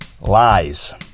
Lies